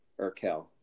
Urkel